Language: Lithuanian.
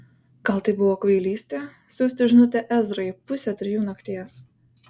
gal tai buvo kvailystė siųsti žinutę ezrai pusę trijų nakties